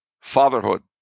fatherhood